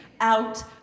out